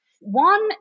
One